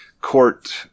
court